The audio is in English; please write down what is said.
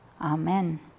Amen